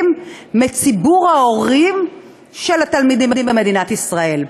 מציבור ההורים של התלמידים במדינת ישראל.